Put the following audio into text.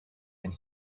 and